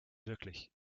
wirklich